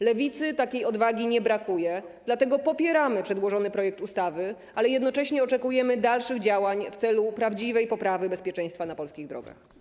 Lewicy takiej odwagi nie brakuje, dlatego popieramy przedłożony projekt ustawy, ale jednocześnie oczekujemy dalszych działań w celu prawdziwej poprawy bezpieczeństwa na polskich drogach.